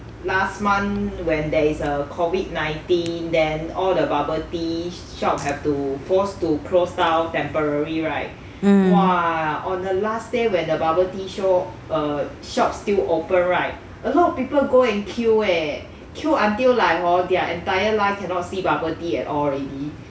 mm